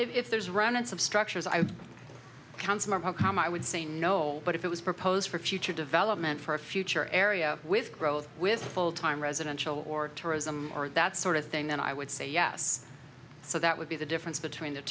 if there's run its of structures i can somehow come i would say no but if it was proposed for future development for a future area with growth with full time residential or tourism or that sort of thing then i would say yes so that would be the difference between th